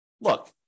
look